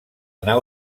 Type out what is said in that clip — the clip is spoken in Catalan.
nau